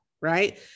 right